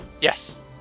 Yes